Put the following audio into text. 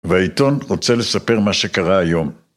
והעיתון רוצה לספר מה שקרה היום.